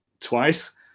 twice